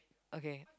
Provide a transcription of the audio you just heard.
okay